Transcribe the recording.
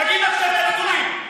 תגיד עכשיו איזה נתונים.